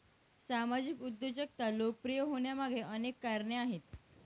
सामाजिक उद्योजकता लोकप्रिय होण्यामागे अनेक कारणे आहेत